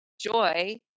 joy